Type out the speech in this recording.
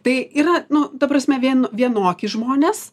tai yra nu ta prasme vien vienoki žmonės